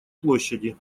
площади